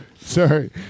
Sorry